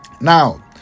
Now